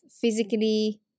physically